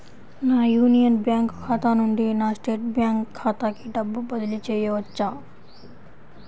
నా Union Bank ఖాతా నుండి నా స్టేట్ బ్యాంకు ఖాతాకి డబ్బు బదిలి చేయవచ్చా?